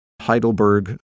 Heidelberg